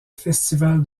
festival